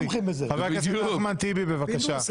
בבקשה.